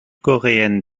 coréenne